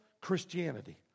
Christianity